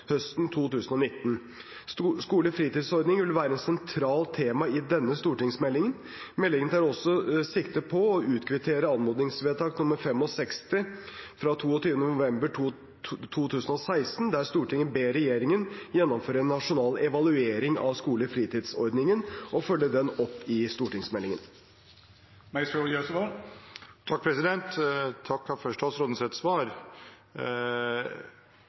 høsten 2019. Skolefritidsordningen vil være et sentralt tema i denne stortingsmeldingen. Meldingen tar også tar sikte på å utkvittere anmodningsvedtak nr. 65 fra 22. november 2016, der Stortinget ber regjeringen gjennomføre en nasjonal evaluering av skolefritidsordningen og følge den opp i stortingsmeldingen. Takk for statsrådens svar. For